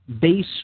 base